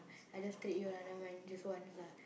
I just treat you lah never mind just once lah